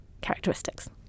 characteristics